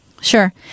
Sure